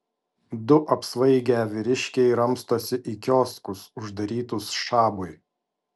du apsvaigę vyriškiai ramstosi į kioskus uždarytus šabui